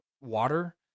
water